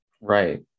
Right